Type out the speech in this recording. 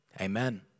Amen